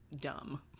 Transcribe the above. dumb